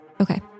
Okay